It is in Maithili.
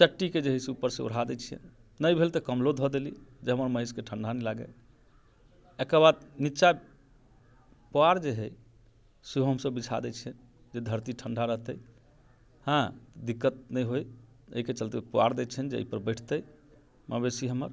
चट्टीके जे है से ऊपर से ओढ़ा दै छियै नहि भेल तऽ कंबलो धऽ देली जे हमर महीसके ठंडा नहि लागै एकर बाद निच्चा पुआर जे है सेहो हम सभ बिछा दे छियै जे धरती ठंडा रहते हँ दिक्कत नहि होइ एहिके चलते पुआर दे छियनि जे एहि पर बैठतै मवेशी हमर